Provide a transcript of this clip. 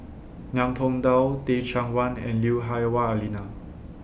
Ngiam Tong Dow Teh Cheang Wan and Lui Hah Wah Elena